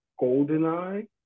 GoldenEye